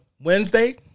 Wednesday